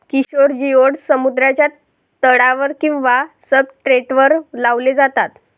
Kishore geoducks समुद्राच्या तळावर किंवा सब्सट्रेटवर लावले जातात